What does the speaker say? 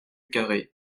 carrey